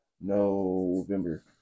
November